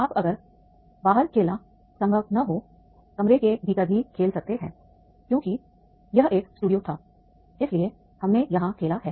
आप अगर बाहर खेलना संभव न हो कमरे के भीतर भी खेल सकते हैं क्योंकि यह एक स्टूडियो था इसलिए हमने यहां खेला है